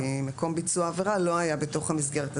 כי מקום ביצוע העבירה לא היה בתוך המסגרת.